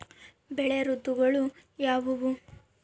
ಬೆಳೆ ಋತುಗಳು ಯಾವ್ಯಾವು?